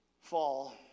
fall